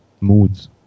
moods